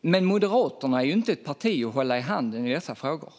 Men Moderaterna är ju inte ett parti att hålla i handen i dessa frågor.